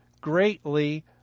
greatly